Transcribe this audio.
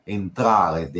entrare